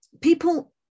people